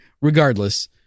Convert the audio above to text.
Regardless